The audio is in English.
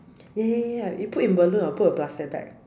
ya ya ya ya you put in balloon or put a plastic bag